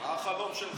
מה החלום שלך?